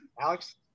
Alex